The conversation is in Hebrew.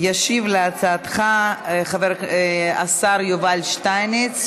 אנחנו עוברים להצעת חוק המים (תיקון,